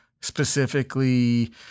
specifically